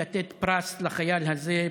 לתת פרס לחייל הזה,